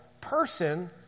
person